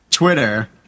Twitter